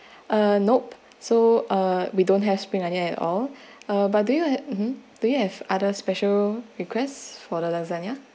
uh nope so uh we don't have spring onion at all uh but do you have mmhmm do you have other special requests for the lasagna